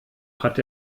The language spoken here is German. hat